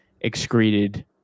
excreted